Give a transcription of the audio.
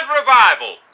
Revival